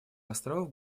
островов